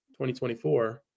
2024